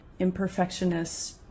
imperfectionist